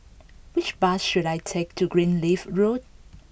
which bus should I take to Greenleaf Road